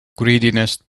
greediness